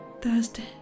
Thursday